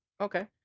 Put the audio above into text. Okay